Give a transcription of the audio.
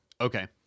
Okay